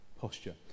posture